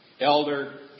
Elder